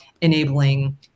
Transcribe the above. enabling